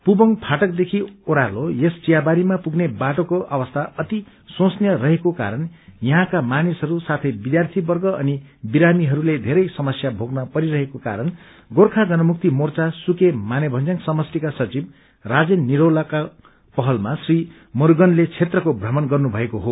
पूर्बोग फाटकदेखि ओड्रारो यस वियाबारीमा पुग्ने बाटोको अवस्था अति शोचनीय रहेको कारण यहाँका मानिसहरू साथै विद्यार्यीवर्ग अनि विरामीहस्ते धेरै समस्या भोग्न परिरहेको कारण गोर्खा जनमुक्ति मोर्चा सुके मानेथन्ज्याङ समष्टिका सचिव राजेन निरौलाको पइलमा श्री मुरूगनले क्षेत्रको श्रमण गर्नुभएको हो